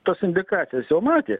tos indikacijos jau matė